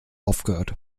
aufgehört